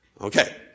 Okay